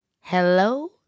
hello